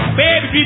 baby